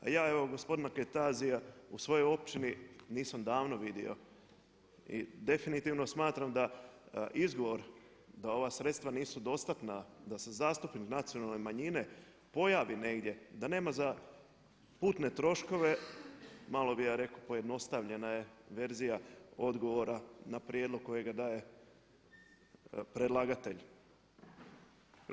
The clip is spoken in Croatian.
Ja evo gospodina Kajtazija u svojoj općini nisam davno vidio i definitivno smatram da izgovor da ova sredstva nisu dostatna da se zastupnik nacionalne manjine pojavi negdje, da nema za putne troškove, malo bi ja rekao pojednostavljena je verzija odgovora na prijedlog kojega daje predlagatelj.